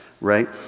right